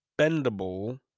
bendable